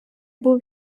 був